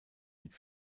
mit